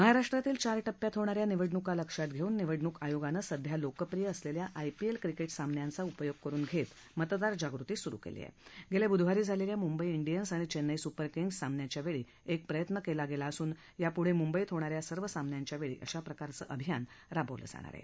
महाराष्ट्रातील चार टप्प्यात होणा या निवडणूका लक्षात घस्तिन निवडणूक आयोगानं सध्या लोकप्रिय असलखा आयपीएल क्रिकटी सामन्याचा उपयोग करुन घटीमतदार जागृती सुरु क्ली आह उत्त्वा बुधवारी झालखी मुंबई डियन्स आणि चन्निई सुपरकिंग्जस सामन्याच्या वक्षी एक प्रयत्न क्वी गवी असून यापुढ मुंबईत होणा या सर्व सामन्याच्या वक्षी अशा प्रकारचं अभियान राबवलं जाईल